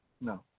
No